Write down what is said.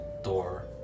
Door